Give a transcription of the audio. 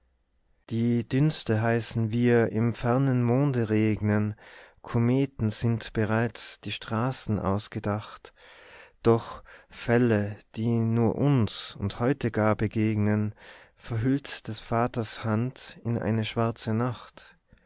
die dünste heißen wir im fernen monde regnen kometen sind bereits die straßen ausgedacht doch fälle die nur uns und heute gar begegnen verhüllt des vaters hand in eine schwarze nacht